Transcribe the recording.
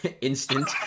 instant